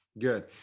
Good